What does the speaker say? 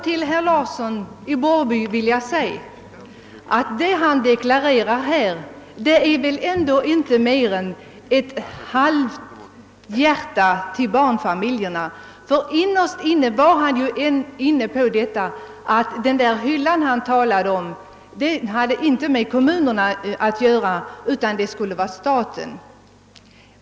Till herr Larsson i Borrby vill jag säga att vad han deklarerar här väl ändå inte vittnar om annat än halvhjärtat intresse för barnfamiljerna. Innerst inne menade han tydligen att den hylla han talade om inte hade med kommunerna att göra, utan skulle vara staten.